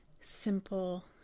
Simple